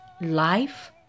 life